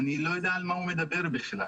אני לא יודע על מה הוא מדבר בכלל.